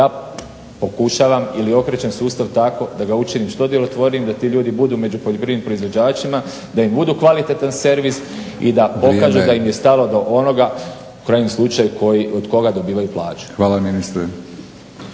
Ja pokušavam ili okrećem sustav tako da ga učinim što djelotvornijim da ti ljudi budu među poljoprivrednim proizvođačima, da im budu kvalitetan servis i da pokažu da im je stalo do onoga u krajnjem slučaj od koga dobivaju plaću. **Batinić,